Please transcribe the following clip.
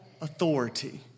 authority